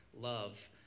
love